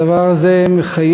הדבר הזה מחייב,